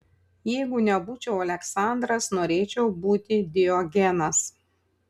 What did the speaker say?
jeigu nebūčiau aleksandras norėčiau būti diogenas